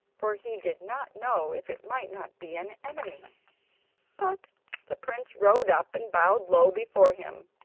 for he did not know if it might not be an enemy but the prince rode up, and bowed low before him.